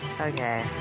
okay